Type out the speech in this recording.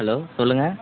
hello சொல்லுங்கள்